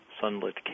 sunlit